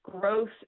growth